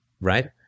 right